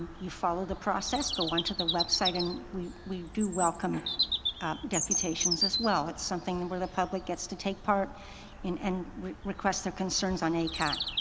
you follow the process, go on to the website and we we do welcome deputations as well, it's something where the public gets to take part in and request their concerns on acat.